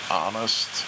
honest